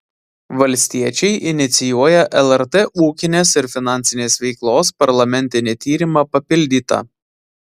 valstiečiai inicijuoja lrt ūkinės ir finansinės veiklos parlamentinį tyrimą papildyta